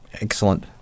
Excellent